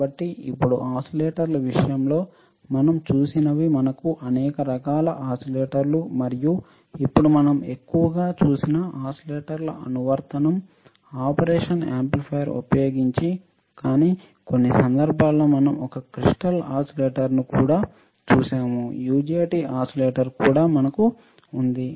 కాబట్టి ఇప్పుడు ఓసిలేటర్ల విషయంలో మనం చూసినవి మనకు అనేక రకాల ఓసిలేటర్లు మరియు ఇప్పుడు మనం ఎక్కువగా చూసిన ఓసిలేటర్ల అనువర్తనం ఆపరేషన్ యాంప్లిఫైయర్ ఉపయోగించి కానీ కొన్ని సందర్భాల్లో మనం ఒక క్రిస్టల్ ఓసిలేటర్ను కూడా చూశాము యుజెటి ఓసిలేటర్ కూడా మనకు ఉంది